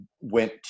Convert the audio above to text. went